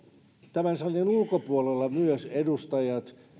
tämän salin ulkopuolella myös edustajat